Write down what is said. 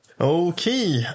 okay